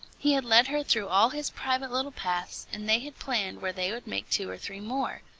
he had led her through all his private little paths, and they had planned where they would make two or three more.